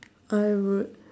I would